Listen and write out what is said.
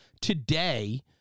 today